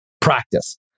practice